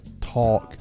talk